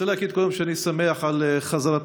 אני רוצה להגיד קודם שאני שמח על חזרתם